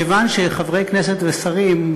כיוון שחברי כנסת ושרים,